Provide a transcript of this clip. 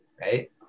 right